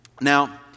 Now